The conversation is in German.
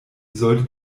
sollte